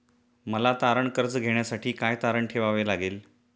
मला तारण कर्ज घेण्यासाठी काय तारण ठेवावे लागेल?